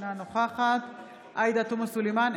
אינה נוכחת עאידה תומא סלימאן,